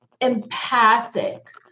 empathic